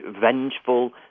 vengeful